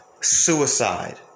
suicide